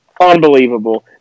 Unbelievable